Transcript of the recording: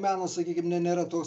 menas sakykim ne nėra toks